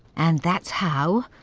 and that's how,